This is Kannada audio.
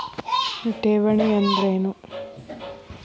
ಠೇವಣಿ ಅಂದ್ರೇನು?